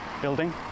building